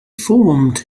formed